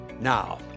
Now